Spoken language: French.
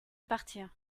partir